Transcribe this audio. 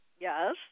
Yes